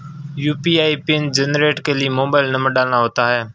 UPI pin generate के लिए mobile number डालना होता है